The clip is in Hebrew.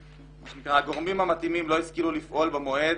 הגורמים המתאימים לא השכילו לפעול במועד